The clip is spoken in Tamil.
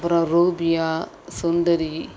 அப்பறம் ரூபியா சுந்தரி